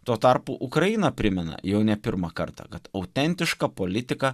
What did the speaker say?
tuo tarpu ukraina primena jau ne pirmą kartą kad autentiška politika